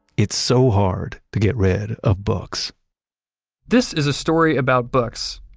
it's so hard to get rid of books this is a story about books,